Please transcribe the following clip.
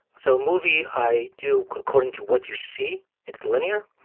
so movie i do according to what you see, it's linear,